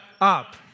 up